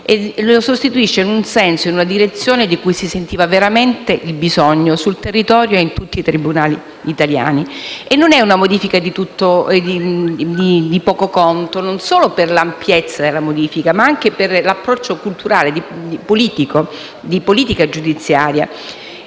ben settantacinque anni fa, in una direzione di cui si sentiva veramente bisogno sul territorio e in tutti i tribunali italiani. Si tratta di una modifica di non poco conto, non solo per l'ampiezza della modifica, ma anche per l'approccio culturale e di politica giudiziaria.